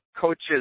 coaches